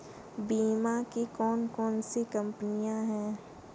बीमा की कौन कौन सी कंपनियाँ हैं?